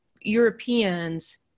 Europeans